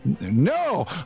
No